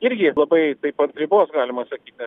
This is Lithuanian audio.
irgi labai taip ant ribos galima sakyti